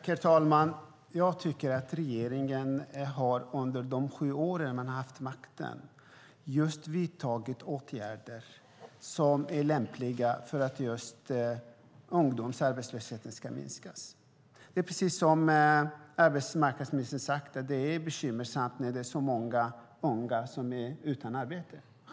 Herr talman! Jag tycker att regeringen under de sju år som man har haft makten just har vidtagit åtgärder som är lämpliga för att ungdomsarbetslösheten ska minska. Det är, precis som arbetsmarknadsministern sade, bekymmersamt med så många unga som är utan arbete.